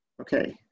Okay